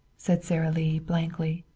said sara lee blankly.